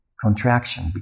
contraction